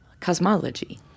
Cosmology